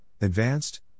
advanced